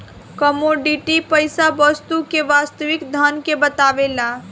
commodity पईसा वस्तु के वास्तविक धन के बतावेला